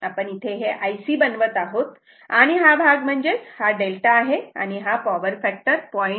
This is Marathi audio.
आपण इथे हे Ic बनवत आहोत आणि हा भाग म्हणजेच हा डेल्टा आहे आणि हा पॉवर फॅक्टर 0